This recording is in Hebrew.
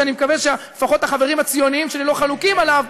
שאני מקווה שלפחות החברים הציונים לא חלוקים עליו,